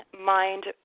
mind